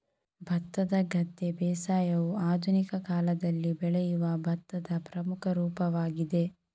ಭತ್ತದ ಗದ್ದೆ ಬೇಸಾಯವು ಆಧುನಿಕ ಕಾಲದಲ್ಲಿ ಬೆಳೆಯುವ ಭತ್ತದ ಪ್ರಮುಖ ರೂಪವಾಗಿದೆ